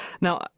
Now